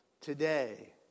today